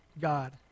God